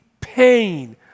pain